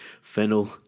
fennel